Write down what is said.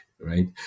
right